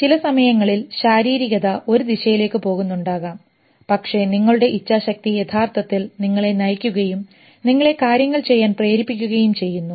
ചില സമയങ്ങളിൽ ശാരീരികത ഒരു ദിശയിലേക്ക് പോകുന്നുണ്ടാകാം പക്ഷേ നിങ്ങളുടെ ഇച്ഛാശക്തി യഥാർത്ഥത്തിൽ നിങ്ങളെ നയിക്കുകയും നിങ്ങളെ കാര്യങ്ങൾ ചെയ്യാൻ പ്രേരിപ്പിക്കുകയും ചെയ്യുന്നു